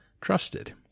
trusted